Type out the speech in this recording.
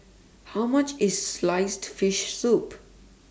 How much IS Sliced Fish Soup